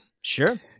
Sure